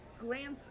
glance